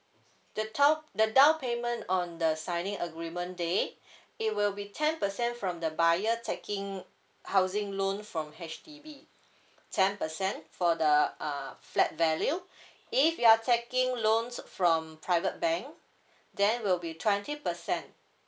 the down the down payment on the signing agreement day it will be ten percent from the buyer taking housing loan from H_D_B ten percent for the uh flat value if you are taking loans from private bank then will be twenty percent